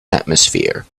atmosphere